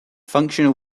functional